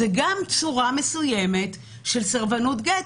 זו גם צורה מסוימת של סרבנות גט,